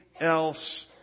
else